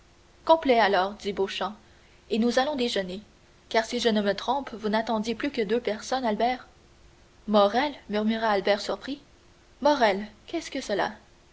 alors dit beauchamp et nous allons déjeuner car si je ne me trompe vous n'attendiez plus que deux personnes albert morrel murmura albert surpris morrel qu'est-ce que cela